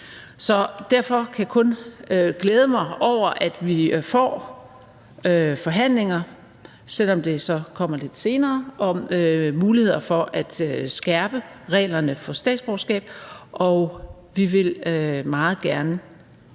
Så derfor kan jeg kun glæde mig over, at vi får forhandlinger, selv om det så kommer lidt senere, om muligheder for at skærpe reglerne for statsborgerskab. Og vi vil meget gerne